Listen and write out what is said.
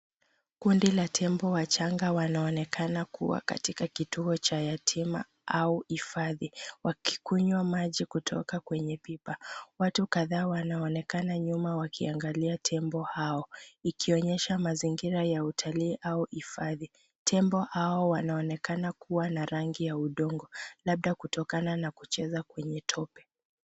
Kundi la tembo wachanga wanaonekana kuwa katika kituo cha yatima au hifadhi, wakikunywa maji kutoka kwenye pipa. Watu kadhaa wanaonekana nyuma wakiangalia tembo hao ikionyesha mazingira ya utalii au hifadhi. Tembo hao wanaonekana kuwa na rangi ya udongo labda kutokana na kucheza kwenye tope.